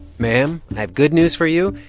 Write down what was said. ma'am, i have good news for you.